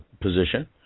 position